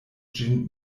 ĝin